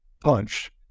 punch